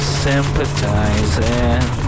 sympathizing